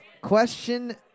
question